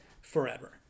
forever